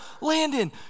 Landon